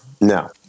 No